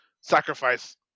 sacrifice